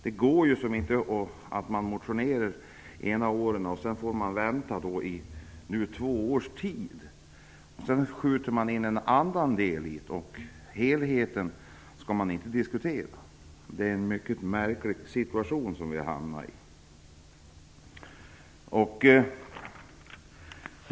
Det får inte vara så att man vid behandlingen av motioner som väcktes för två år sedan skjuter in en annan del, så att helheten inte skall diskuteras. Vi har alltså hamnat i en märklig situation.